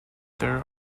there